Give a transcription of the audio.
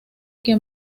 que